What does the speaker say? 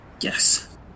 Yes